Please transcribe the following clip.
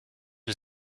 was